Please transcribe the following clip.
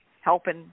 helping